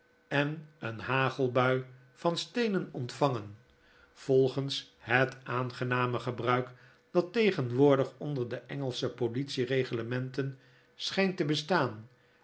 en een hagelbui van steenen ontvangen volgens het aangenamegebruik dattegenwoordig onder de engelsche politie reglementen schijnt te bestaan